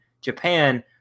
Japan